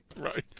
Right